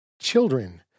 children